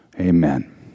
Amen